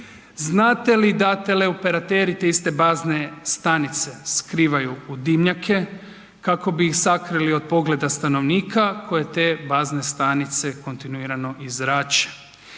Znate li da teleoperateri te iste bazne stanice skrivaju u dimnjake, kako bi ih sakrili od pogleda stanovnika koji te bazne stanice kontinuirano i zrače?